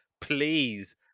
please